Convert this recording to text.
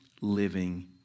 living